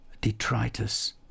detritus